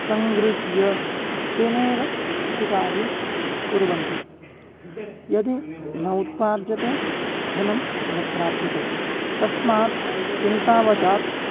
सङ्गृह्य तेनैव कृषिकार्यं कुर्वन्ति यदि न उत्पाद्यते धनं न प्राप्यते तस्मात् चिन्तावशात्